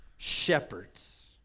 shepherds